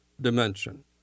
dimension